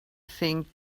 think